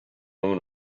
moon